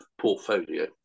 portfolio